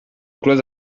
close